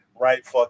right